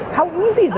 how easy is it?